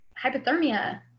hypothermia